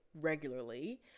regularly